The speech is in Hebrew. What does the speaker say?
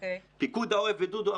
פיקוד העורף ודודו,